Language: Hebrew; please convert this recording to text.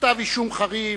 לכתב אישום חריף: